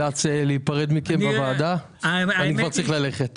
נאלץ להיפרד מכם בוועדה, אני כבר צריך ללכת.